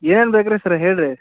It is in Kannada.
ಏನು ಬೇಕು ರೀ ಸರ ಹೇಳಿರಿ